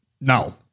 No